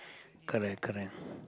correct correct